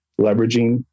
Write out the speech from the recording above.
leveraging